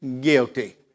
guilty